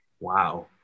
wow